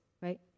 right